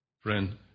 friend